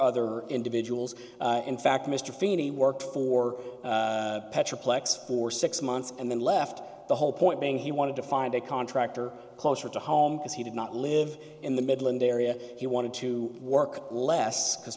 other individuals in fact mr feeney worked for petra plex for six months and then left the whole point being he wanted to find a contractor closer to home as he did not live in the middle and area he wanted to work less because